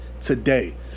today